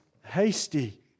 hasty